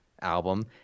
album